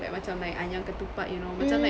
like macam like anyam ketupat you know macam like